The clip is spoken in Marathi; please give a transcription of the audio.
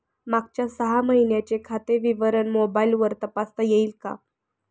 मागच्या सहा महिन्यांचे खाते विवरण मोबाइलवर तपासता येईल का?